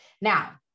Now